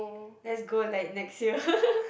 let's go like next year